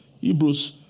Hebrews